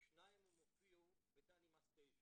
שניים מהם הופיעו בדני מס 9 ברמלה,